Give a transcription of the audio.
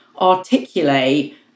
articulate